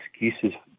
excuses